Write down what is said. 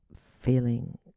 feeling